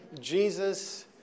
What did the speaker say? Jesus